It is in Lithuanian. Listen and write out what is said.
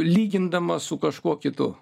lygindamas su kažkuo kitu